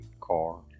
car